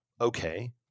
Okay